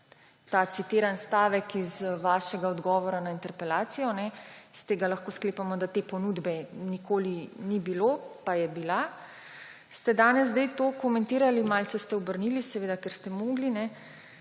ta citirani stavek iz vašega odgovora na interpelacijo, iz tega lahko sklepamo, da te ponudbe nikoli ni bilo, pa je bila. Danes ste zdaj to komentirali, malce ste obrnili, seveda, ker ste morali,